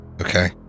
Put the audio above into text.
okay